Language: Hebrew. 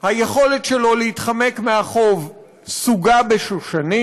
היכולת שלו להתחמק מהחוב סוגה בשושנים,